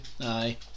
aye